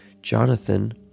Jonathan